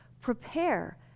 prepare